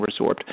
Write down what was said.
resorbed